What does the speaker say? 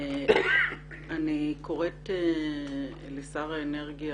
אני קוראת לשר האנרגיה,